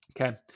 Okay